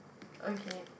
okay